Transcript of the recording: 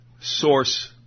source